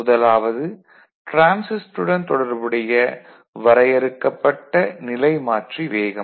முதலாவது டிரான்சிஸ்டருடன் தொடர்புடைய வரையறுக்கப்பட்ட நிலைமாற்றி வேகம்